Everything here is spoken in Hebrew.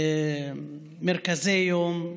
מרכזי יום,